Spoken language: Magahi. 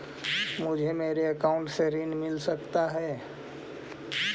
मुझे मेरे अकाउंट से ऋण मिल सकता है?